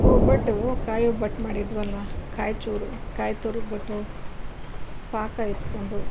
ಒಬ್ಬಟ್ಟು ಕಾಯಿ ಒಬ್ಬಟ್ಟು ಮಾಡಿದ್ವಲ್ಲಾ ಕಾಯಿಚೂರು ಕಾಯಿ ತುರಿದ್ಬಿಟ್ಟು ಪಾಕ ಎತ್ಕೊಂಡು